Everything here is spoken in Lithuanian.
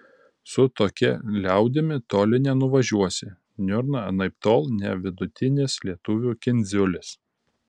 su tokia liaudimi toli nenuvažiuosi niurna anaiptol ne vidutinis lietuvių kindziulis